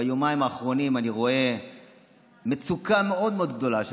ביומיים האחרונים אני רואה מצוקה מאוד מאוד גדולה של